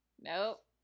Nope